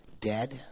Dead